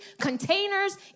containers